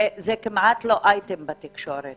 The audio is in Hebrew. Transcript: וזה כמעט לא אייטם בתקשורת.